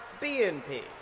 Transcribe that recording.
BNP